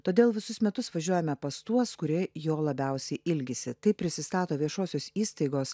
todėl visus metus važiuojame pas tuos kurie jo labiausiai ilgisi taip prisistato viešosios įstaigos